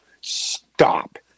Stop